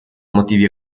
motivi